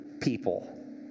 people